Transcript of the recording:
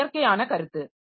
இது இயற்கையான கருத்து